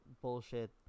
bullshit